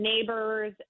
neighbors